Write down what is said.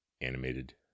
animated